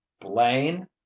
blaine